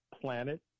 planet